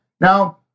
Now